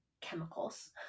chemicals